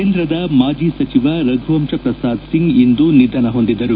ಕೇಂದ್ರದ ಮಾಜಿ ಸಚಿವ ರಘುವಂಶ ಪ್ರಸಾದ್ ಸಿಂಗ್ ಇಂದು ನಿಧನ ಹೊಂದಿದರು